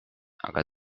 aga